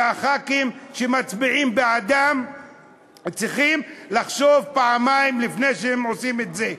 הח"כים שמצביעים בעדן צריכים לחשוב פעמיים לפני שהם עושים את זה.